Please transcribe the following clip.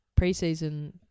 preseason